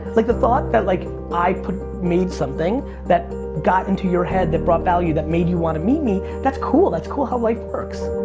like the thought that like i made something that got into your head, that brought value that made you want to meet me, that's cool, that's cool how life works.